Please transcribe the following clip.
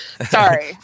sorry